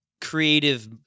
creative